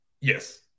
Yes